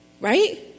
right